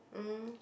mm